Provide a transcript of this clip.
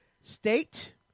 State